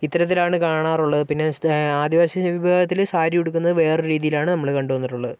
ഇത്തരത്തിലാണ് കാണാറുള്ളത് പിന്നെ ആദിവാസി വിഭാഗത്തിൽ സാരി ഉടുക്കുന്നത് വേറൊരു രീതിയിലാണ് നമ്മൾ കണ്ടു വന്നിട്ടുള്ളത്